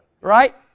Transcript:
Right